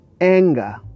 anger